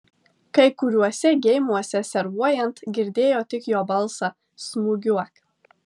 kai kuriuose geimuose servuojant girdėjo tik jo balsą smūgiuok